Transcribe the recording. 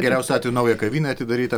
geriausiu atveju nauja kavinė atidaryta